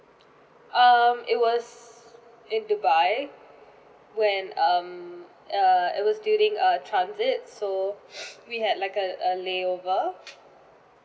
um it was in dubai when um err it was during uh transit so we had like a a lay over